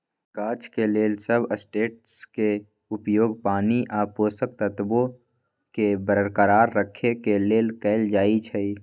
गाछ के लेल सबस्ट्रेट्सके उपयोग पानी आ पोषक तत्वोंके बरकरार रखेके लेल कएल जाइ छइ